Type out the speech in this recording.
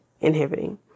inhibiting